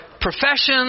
professions